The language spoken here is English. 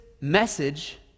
message